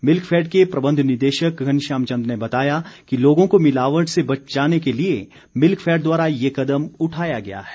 Milkfed के प्रबंध निदेशक घनश्याम चंद ने बताया कि लोगों को मिलावट से बचाने के लिए मिल्कफेड द्वारा ये कदम उठाया गया है